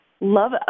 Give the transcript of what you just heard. love